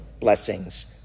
blessings